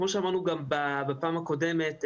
כפי שאמרנו גם בישיבה הקודמת,